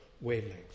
wavelength